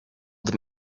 them